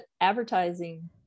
advertising